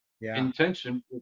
intention